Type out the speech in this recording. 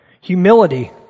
Humility